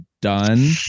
done